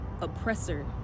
oppressor